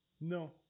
No